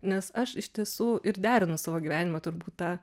nes aš iš tiesų ir derinu savo gyvenimą turbūt tą